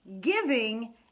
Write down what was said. giving